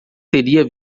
teria